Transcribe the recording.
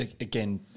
Again